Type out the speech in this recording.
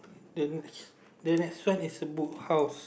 the the next one is the Book House